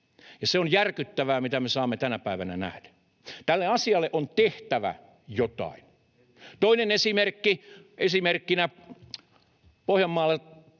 Se on järkyttävää, mitä me saamme tänä päivänä nähdä. Tälle asialle on tehtävä jotain. [Sebastian Tynkkynen: Heti!] Toisena esimerkkinä Pohjanmaalla